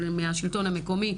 אבל מהשלטון המקומי,